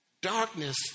Darkness